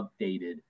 updated